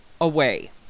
away